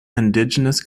indigenous